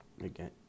again